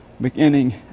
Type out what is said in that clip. beginning